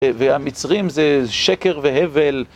והמצרים זה שקר והבל.